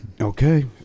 Okay